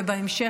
ובהמשך,